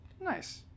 nice